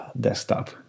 Desktop